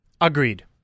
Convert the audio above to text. Agreed